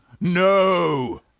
No